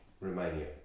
Romania